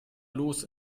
los